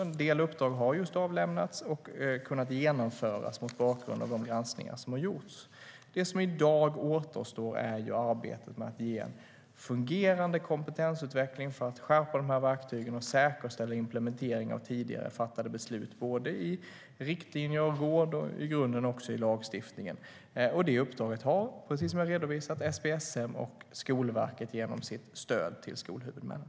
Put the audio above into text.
En del uppdrag har alltså just avlämnats och kunnat genomföras mot bakgrund av de granskningar som har gjorts. Det som i dag återstår är arbetet med att ge fungerande kompetensutveckling för att skärpa dessa verktyg och säkerställa implementering av tidigare fattade beslut i riktlinjer, i råd och i grunden också i lagstiftningen. Detta uppdrag har, precis som jag har redovisat, SPSM och Skolverket genom sitt stöd till skolhuvudmännen.